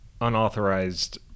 Unauthorized